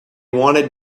wanted